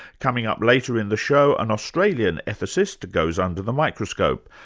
coming up later in the show an australian ethicist goes under the microscope,